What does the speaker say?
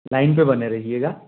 line पर बने रहिएगा